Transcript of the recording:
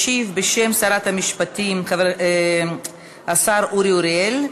ישיב בשם שרת המשפטים השר אורי אריאל,